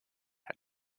had